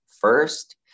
first